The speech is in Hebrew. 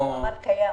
הוא אמר שהוא קיים.